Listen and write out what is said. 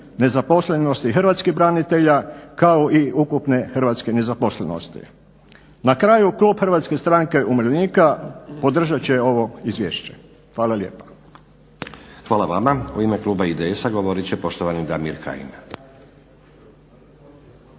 nezaposlenosti hrvatskih branitelja, kao i ukupne hrvatske nezaposlenosti. Na kraju, klub HSU-a podržat će ovo izvješće. Hvala lijepa. **Stazić, Nenad (SDP)** Hvala vama. U ime kluba IDS-a govorit će poštovani Damir Kajin.